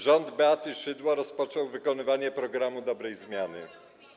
rząd Beaty Szydło rozpoczął wykonywanie programu dobrej zmiany.